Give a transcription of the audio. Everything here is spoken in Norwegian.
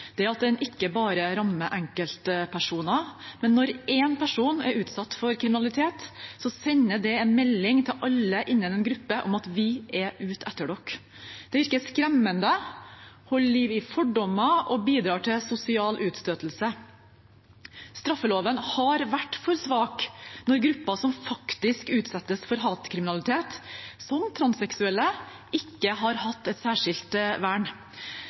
er at den ikke bare rammer enkeltpersoner – når en person er utsatt for kriminalitet, sender det en melding til alle innen en gruppe om at noen er ute etter dem. Det virker skremmende, holder liv i fordommer og bidrar til sosial utstøtelse. Straffeloven har vært for svak når grupper som faktisk utsettes for hatkriminalitet – som transseksuelle – ikke har hatt et særskilt vern.